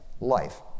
life